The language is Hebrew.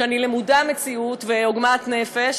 אני למודת מציאות ועוגמת נפש,